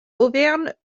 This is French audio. auvergne